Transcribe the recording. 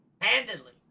handedly